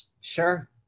Sure